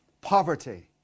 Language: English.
poverty